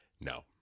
No